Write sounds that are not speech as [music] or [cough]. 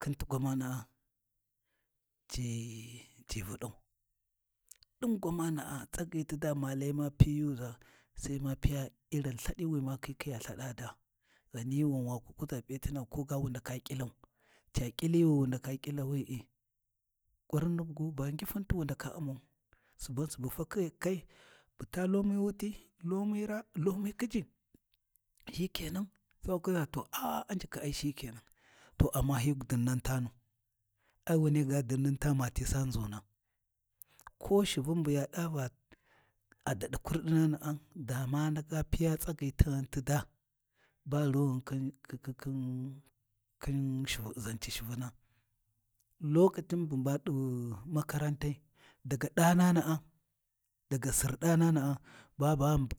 Khin ti gwamana’a ci vulau, ɗin gwamana’a tsagyi ti daa ma lai ma pinyuʒa Sai ma piya irin lthadi we makhi kwiya lthɗa daa, ghani wan wa ku kuʒa P’iyatina ko ga wuna ndaka ƙilau, cu ƙili wi wu ndaka ƙila w’i, ƙurini gu ba ngifunti wu ndaka ʊmau, suban fa ke kai bu ta lomi wolti, lomi raa lomi khiji, shi kenan, Sai wa kuʒa to aa Unjikhi ai shike nan to amma hyi dinnan tanu, ai wund dinnan tani mati saa nʒuna, k shivun bu ya ɗa va a daɗi kardinana’a, da ma ndaka piya tsagyi taghun ti daa, ba rughin khi [hesitation] ʒaci shuvuna, lokacin bu maɗi makarantai, daga ɗananaꞌa daga Sir ɗanana’a ba